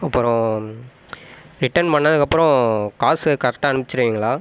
அப்புறோம் ரிட்டர்ன் பண்ணதுக்கப்புறோம் காசு கரெக்டாக அனுப்ச்சுருவிங்களா